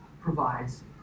provides